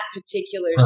particular